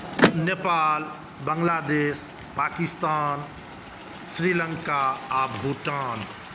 नेपाल बांग्लादेश पाकिस्तान श्रीलङ्का आओर भुटान